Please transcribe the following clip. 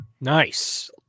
Nice